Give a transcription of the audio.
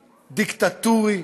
דיקטטורי,